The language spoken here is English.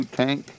tank